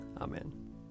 Amen